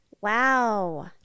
Wow